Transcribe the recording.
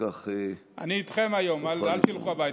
אני איתכם היום, אל תלכו הביתה.